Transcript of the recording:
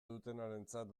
dutenarentzat